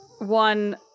one